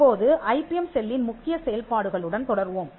இப்போது ஐபிஎம் செல்லின் முக்கிய செயல்பாடுகளுடன் தொடர்வோம்